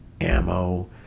ammo